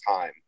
time